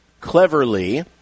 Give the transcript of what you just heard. cleverly